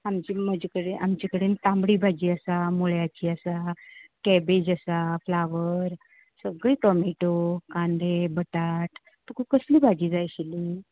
आमचे म्हजे कडेन आमचे कडेन तांबडी भाजी आसा मुळ्याची आसा कॅबेज आसा फ्लावर सगळे टॉमेटो कांदे बटाट तुका कसली भाजी जाय आशिल्ली